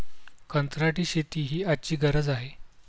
कंत्राटी शेती ही आजची गरज आहे